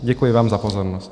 Děkuji vám za pozornost.